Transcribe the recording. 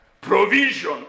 provision